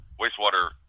wastewater